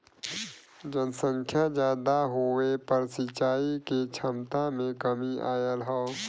जनसंख्या जादा होये पर सिंचाई के छमता में कमी आयल हौ